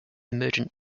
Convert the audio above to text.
emergent